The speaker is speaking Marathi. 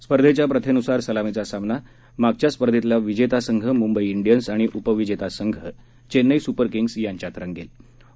स्पर्धेच्या प्रथेन्सार सलामीचा सामना मागील स्पर्धेतला विजेता संघ म्ंबई इंडियन्स आणि उपविजेता संघ चेन्नई स्पर किंग्स यांच्यात रंगणार आहे